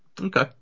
Okay